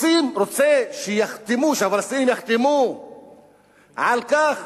רוצה שיחתמו, שהפלסטינים יחתמו על כך